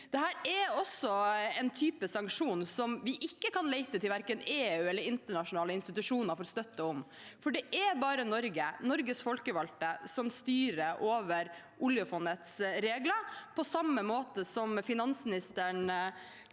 Dette er også en type sanksjoner der vi ikke kan lete etter støtte i verken EU eller internasjonale institusjoner, for det er bare Norge, Norges folkevalgte, som styrer over oljefondets regler. På samme måte som finansministeren